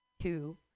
Two